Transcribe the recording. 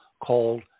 called